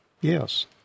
Yes